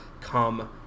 come